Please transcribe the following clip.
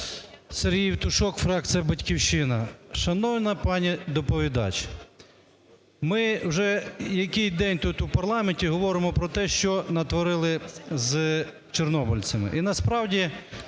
Сергій Євтушок, фракція "Батьківщина". Шановна пані доповідач, ми вже який день тут, у парламенті, говоримо про те, що натворили з чорнобильцями. І насправді,